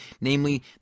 namely